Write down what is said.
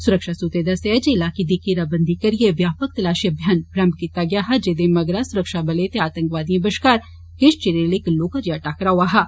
सुरक्षासूत्रें दस्सेआ ऐ जे इलाके दी घेराबंदी करियै व्यापक तपाशी अभियान आरम्म कीता गेआ हा जेदे मगरा सुरक्षाबलें ते आतंकवादियें बश्कार किश चिरें लेई इक्क लौह्का जेया टाकरा होआ हा